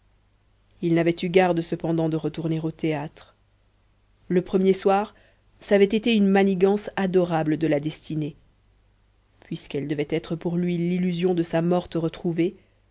il n'avait eu garde cependant de retourner au théâtre le premier soir ç'avait été une manigance adorable de la destinée puisqu'elle devait être pour lui l'illusion de sa morte retrouvée